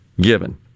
given